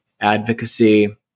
advocacy